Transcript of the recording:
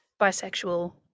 bisexual